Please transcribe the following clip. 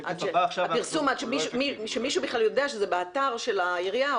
עד שמישהו בכלל יודע שזה באתר של העירייה.